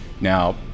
Now